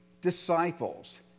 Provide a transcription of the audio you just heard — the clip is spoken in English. disciples